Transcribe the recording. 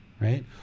right